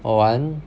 我玩